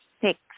six